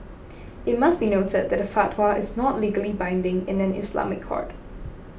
it must be noted that a fatwa is not legally binding in an Islamic court